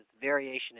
variation